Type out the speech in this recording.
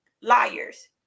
liars